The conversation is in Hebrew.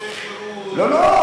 הוא לא רוצה חירות?